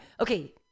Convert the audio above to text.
Okay